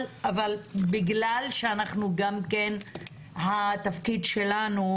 אבל בגלל שהתפקיד שלנו,